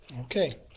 Okay